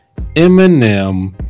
Eminem